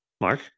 Mark